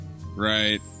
right